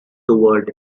toward